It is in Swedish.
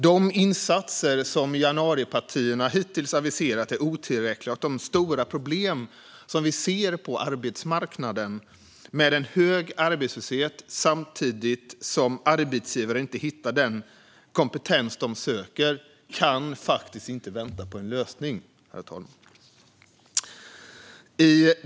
De insatser som januaripartierna hittills aviserat är otillräckliga, och de stora problem som vi ser på arbetsmarknaden med hög arbetslöshet samtidigt som arbetsgivare inte hittar den kompetens de söker kan inte vänta på en lösning.